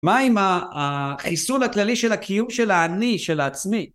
מה עם החיסון הכללי של הקיום של האני, של העצמי?